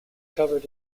covered